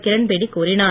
கிரண்பேடி கூறினர்